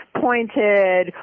pointed